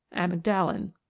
amygdalin.